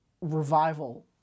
revival